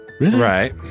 Right